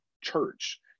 church